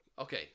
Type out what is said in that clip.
Okay